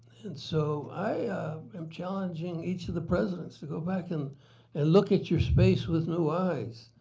and so i am challenging each of the presidents to go back and and look at your space with new eyes.